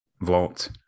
vault